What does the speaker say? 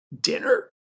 Dinner